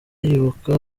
yibuka